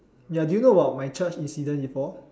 ya do you know about my church incident before